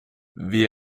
wie